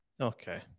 Okay